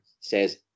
says